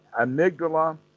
amygdala